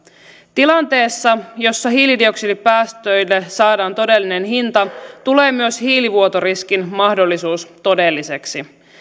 tilanteessa jossa hiilidioksidipäästöille saadaan todellinen hinta tulee myös hiilivuotoriskin mahdollisuus todelliseksi